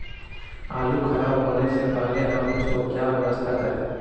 आलू खराब होने से पहले हम उसको क्या व्यवस्था करें?